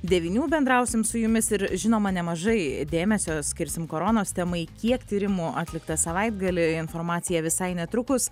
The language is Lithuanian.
devynių bendrausim su jumis ir žinoma nemažai dėmesio skirsim koronos temai kiek tyrimų atlikta savaitgalį informacija visai netrukus